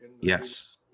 Yes